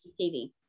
tv